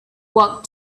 walked